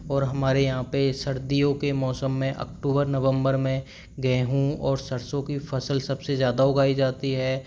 और हमारे यहाँ पे सर्दियों के मौसम में अक्टूबर नवंबर में गेहूँ और सरसों की फ़सल सबसे ज़्यादा उगाई जाती है